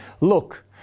look